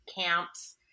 camps